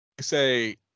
say